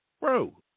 bro